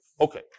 Okay